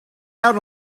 out